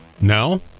No